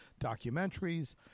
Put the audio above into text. documentaries